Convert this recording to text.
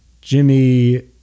Jimmy